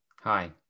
Hi